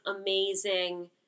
amazing